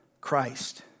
Christ